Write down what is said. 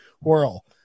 whirl